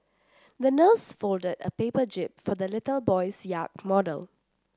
the nurse folded a paper jib for the little boy's yacht model